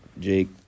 Jake